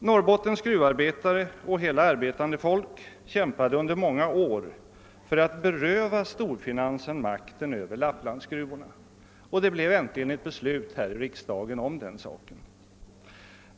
Norrbottens gruvarbetare och hela arbetande folk kämpade under många år för att beröva storfinansen makten över Lapplandsgruvorna. Och det blev äntligen ett beslut i riksdagen om den saken.